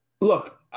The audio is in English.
Look